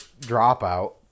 dropout